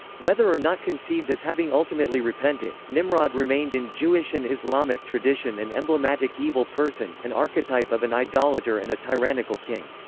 whether or not conceived as having ultimately repented nimrod remained in jewish and islamic tradition an emblematic evil person, an archetype of an idolater and a tyrannical king.